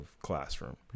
classroom